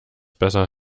besser